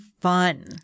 fun